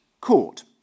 court